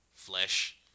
flesh